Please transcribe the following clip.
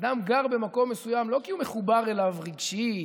כשאדם גר במקום מסוים לא מכיוון שהוא מחובר אליו רגשית,